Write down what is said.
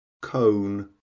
Cone